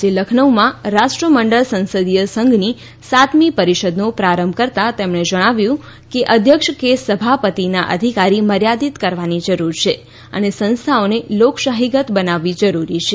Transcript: આજે લખનઉમાં રાષ્ર મંડળ સંસદીય સંધની સાતમી પરિષદનો પ્રારંભ કરતાં તેમણે જણાવ્યું કે અધ્યક્ષ કે સભાપતિના અધિકારી મર્યાદીત કરવાની જરૂર છે અને સંસ્થાઓને લોકશાફીગત બનાવવી જરૂરી છે